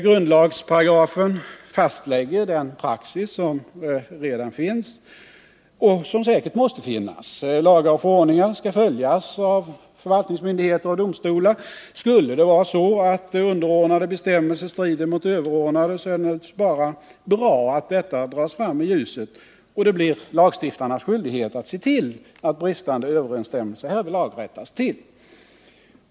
Grundlagsparagrafen fastlägger den praxis som redan finns och som säkert måste finnas. Lagar och förordningar skall följas av förvaltningsmyndigheter och domstolar. Skulle det vara så att underordnade bestämmelser strider mot överordnade, är det naturligtvis bara bra att detta dras fram i ljuset, och det blir lagstiftarnas skyldighet att se till att bristande överensstämmelser härvidlag rättas till.